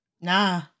nah